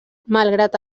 malgrat